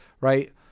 right